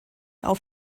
auf